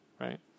right